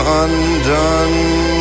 undone